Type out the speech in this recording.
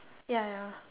ya ya